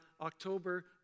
October